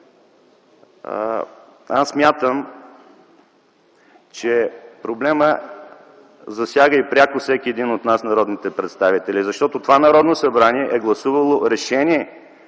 аз смятам, че проблемът засяга и пряко всеки един от нас – народните представители, защото това Народно събрание е гласувало решение